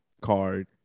card